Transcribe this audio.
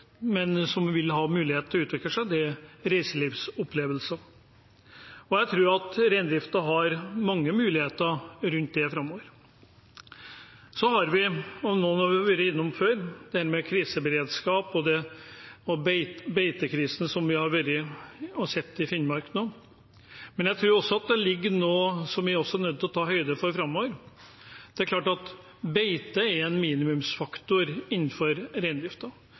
men som vil kunne utvikle seg, og det er reiselivsopplevelser. Jeg tror at reindriften har mange muligheter rundt det framover. Så har vi dette med kriseberedskap, som vi har vært innom før, og beitekrisen som vi har sett i Finnmark nå, men jeg tror også at det ligger noe her som vi er nødt til å ta høyde for framover. Det er klart at beite er en minimumsfaktor innenfor